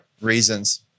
reasons